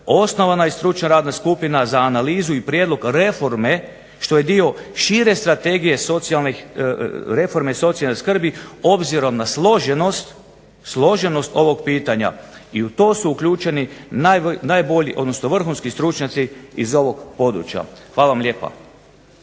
osnovana je stručna radna skupina za analizu i prijedlog reforme što je dio šire strategije socijalnih, reforme socijalne skrbi obzirom na složenost ovog pitanja, i u to su uključeni najbolji, odnosno vrhunski stručnjaci iz ovog područja. Hvala vam lijepa.